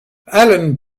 allan